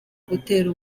gutera